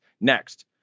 Next